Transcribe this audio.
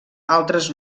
altres